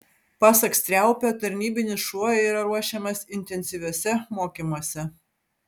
pasak striaupio tarnybinis šuo yra ruošiamas intensyviuose mokymuose